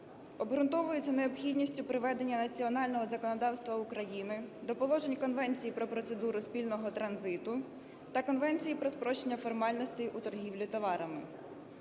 обґрунтовується необхідністю приведення національного законодавства України до положень Конвенції про процедуру спільного транзиту та Конвенції про спрощення формальностей у торгівлі товарами.